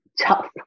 tough